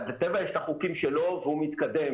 לטבע יש את החוקים שלו והוא מתקדם,